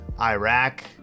Iraq